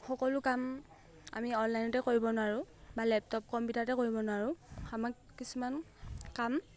সকলো কাম আমি অনলাইনতে কৰিব নোৱাৰোঁ বা লেপটপ কম্পিউটাৰতে কৰিব নোৱাৰোঁ আমাক কিছুমান কাম